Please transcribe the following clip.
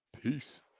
Peace